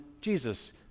Jesus